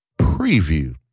preview